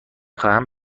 خواهم